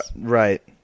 right